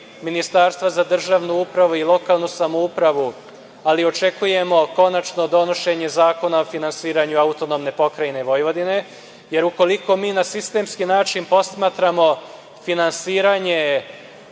Ministarstva za državnu upravu i lokalnu samoupravu, ali očekujemo konačno donošenje zakona o finansiranju AP Vojvodine jer ukoliko mi na sistemski način posmatramo finansiranje